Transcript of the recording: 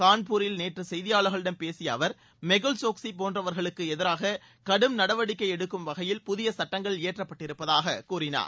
கான்பூரில் நேற்று செய்தியாளா்களிடம் பேசிய அவர் இத்தகைய மெகுல் சோக்ஸ்கி போன்றவர்களுக்கு எதிராக கடும் நடவடிக்கை எடுக்கும் வகையில் புதிய சுட்டங்கள் இயற்றபப்பட்டிருப்பதாக கூறினார்